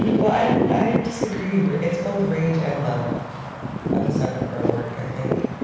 well, i i disagree. it's both rage and love at the center of our work, i think.